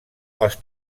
els